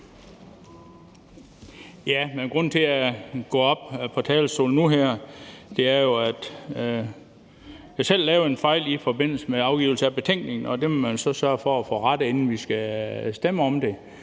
Grunden til, at jeg nu går herop på talerstolen, er, at jeg selv lavede en fejl i forbindelse med afgivelsen af betænkningen, og den må man jo så sørge for at få rettet, inden vi skal stemme om det.